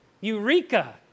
Eureka